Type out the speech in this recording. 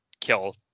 kill